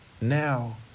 now